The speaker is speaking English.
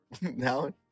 now